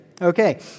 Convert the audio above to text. Okay